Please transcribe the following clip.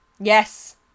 Yes